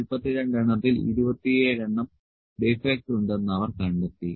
42 എണ്ണത്തിൽ 27 എണ്ണം ഡിഫെക്ട് ഉണ്ടെന്ന് അവർ കണ്ടെത്തി